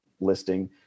listing